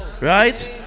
right